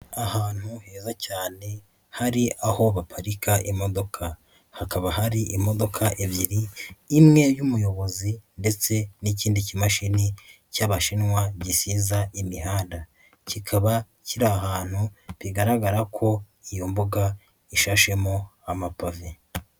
Ahantu heza cyane hari aho baparika imodoka hakaba hari imodoka ebyiri imwe y'umuyobozi ndetse n'ikindi kimashini cy'abashinwa gisiza imihanda, kikaba kiri ahantu bigaragara ko iyo mbuga ishashemo amapave.